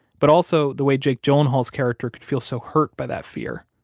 but also the way jake gyllenhaal's character could feel so hurt by that fear.